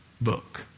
book